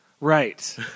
Right